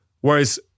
Whereas